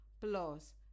plus